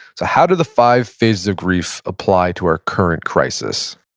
so how do the five phases of grief apply to our current crisis?